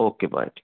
okay bye ਜੀ